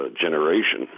generation